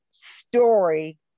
story